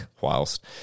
whilst